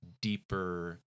deeper